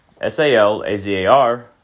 S-A-L-A-Z-A-R